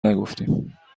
نگفتیم